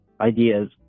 ideas